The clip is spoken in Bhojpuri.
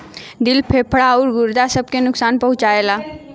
दिल फेफड़ा आउर गुर्दा सब के नुकसान पहुंचाएला